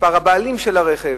מספר הבעלים של הרכב,